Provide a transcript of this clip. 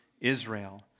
Israel